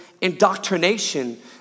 indoctrination